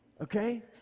Okay